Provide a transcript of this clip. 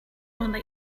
only